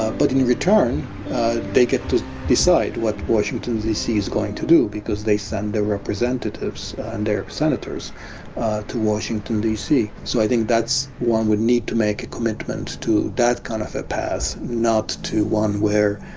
ah but in return they get to decide what washington d c. is going to do, because they send ah representatives and senators to washington d c. so i think one would need to make a commitment to that kind of that path, not to one where